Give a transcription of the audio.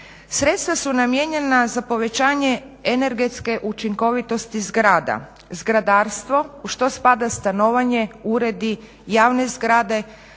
Sredstva su namijenjena za povećanje energetske učinkovitosti zgrada, zgradrstvo u što spada stanovanje, uredi, javne zgrade,